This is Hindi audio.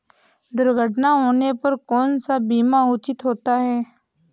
दुर्घटना होने पर कौन सा बीमा उचित होता है?